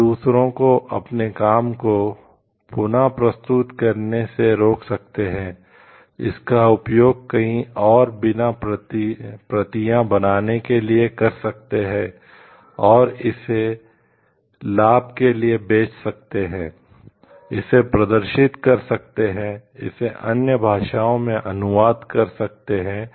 वे दूसरों को अपने काम को पुन प्रस्तुत करने से रोक सकते हैं इसका उपयोग कहीं और बिना प्रतियां बनाने के लिए कर सकते हैं और इसे लाभ के लिए बेच सकते हैं इसे प्रदर्शित कर सकते हैं इसे अन्य भाषाओं में अनुवाद कर सकते हैं